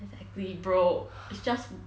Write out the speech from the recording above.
exactly bro is just